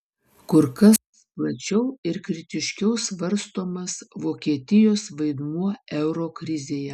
kur kas plačiau ir kritiškiau svarstomas vokietijos vaidmuo euro krizėje